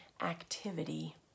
activity